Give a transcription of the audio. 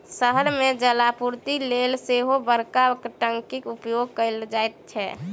शहर मे जलापूर्तिक लेल सेहो बड़का टंकीक उपयोग कयल जाइत छै